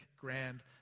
grand